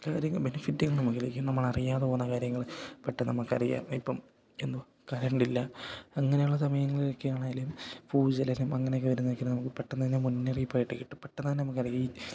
കാര്യങ്ങൾ ബെനിഫിറ്റുകൾ നമുക്ക് ലഭിക്കും നമ്മളറിയാതെ പോകുന്ന കാര്യങ്ങൾ പെട്ടെന്ന് നമുക്കറിയാം ഇപ്പം എന്തോ കറണ്ടില്ല അങ്ങനെയുള്ള സമയങ്ങളിലൊക്കെയാണെങ്കിലും ഭൂചലനം അങ്ങനൊക്കെ വരുന്നേക്കും നമുക്ക് പെട്ടെന്ന് തന്നെ മുന്നറിയിപ്പായിട്ട് കിട്ടും പെട്ടെന്ന് തന്നെ നമുക്കറിയാം ഈ